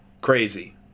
crazy